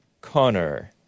Connor